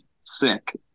sick